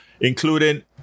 including